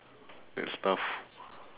that's tough